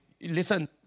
Listen